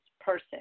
person